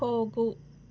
ಹೋಗು